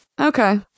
Okay